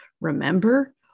remember